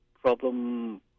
problem